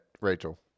rachel